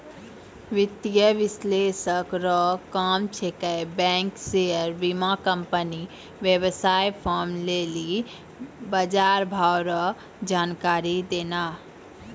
वित्तीय विश्लेषक रो काम छिकै बैंक शेयर बीमाकम्पनी वेवसाय फार्म लेली बजारभाव रो जानकारी देनाय